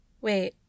Wait